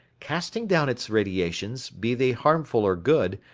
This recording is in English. casting down its radiations, be they harmful or good,